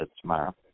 tomorrow